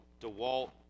DeWalt